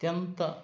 ಅತ್ಯಂತ